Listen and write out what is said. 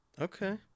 Okay